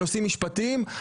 תודה.